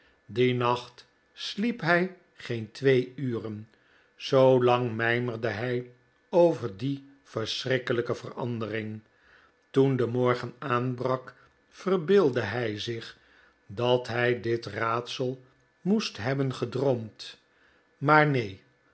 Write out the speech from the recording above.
dien nacht sliep hij geen twee uren zoo lang mijmerde hij over die verschrikkelijke verandering toen de morgen aanbrak verbeeldde hij zich dat hij dit raadsel moest hebben gedroomd maar neen